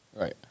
right